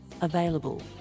available